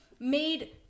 Made